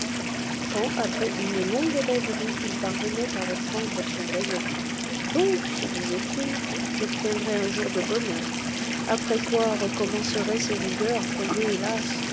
quand après une longue rêverie il parvenait à reprendre son raisonnement donc se disait-il j'obtiendrais un jour de bonheur après quoi recommenceraient ses rigueurs fondées hélas